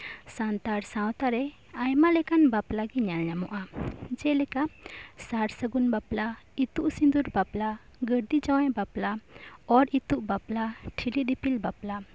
ᱥᱟᱱᱛᱟᱲ ᱥᱟᱶᱛᱟ ᱨᱮ ᱟᱭᱢᱟ ᱞᱮᱠᱟᱱ ᱵᱟᱯᱞᱟ ᱜᱮ ᱧᱮᱞ ᱧᱟᱢᱚᱜᱼᱟ ᱡᱮᱞᱮᱠᱟ ᱥᱟᱨᱥᱟᱹᱜᱩᱱ ᱵᱟᱯᱞᱟ ᱤᱸᱛᱩᱫ ᱥᱤᱸᱫᱩᱨ ᱵᱟᱯᱞᱟ ᱜᱷᱟᱹᱨᱫᱤ ᱡᱟᱶᱟᱭ ᱵᱟᱯᱞᱟ ᱚᱨ ᱤᱸᱫᱩᱫ ᱵᱟᱯᱞᱟ ᱴᱷᱤᱞᱤ ᱫᱤᱯᱤᱞ ᱵᱟᱯᱞᱟ